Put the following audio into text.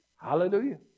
Hallelujah